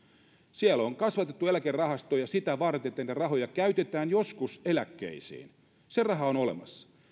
siellä on kasvatettu eläkerahastoja sitä varten että niitä rahoja käytetään joskus eläkkeisiin se raha on olemassa